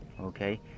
okay